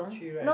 three right